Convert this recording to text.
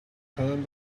turned